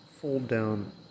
fold-down